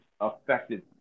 affected